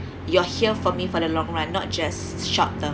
you're here for me for the long run not just short term